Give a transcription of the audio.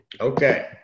Okay